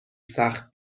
سخت